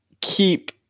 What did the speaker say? keep